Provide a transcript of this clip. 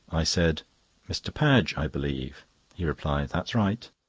i said mr. padge, i believe he replied, that's right.